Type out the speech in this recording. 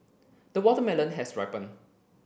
the watermelon has ripened